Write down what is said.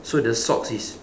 so the socks is